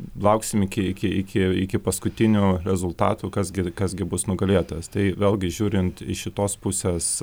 lauksim iki iki iki iki paskutinių rezultatų kas gi kas gi bus nugalėtojas tai vėlgi žiūrint iš šitos pusės